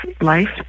life